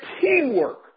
teamwork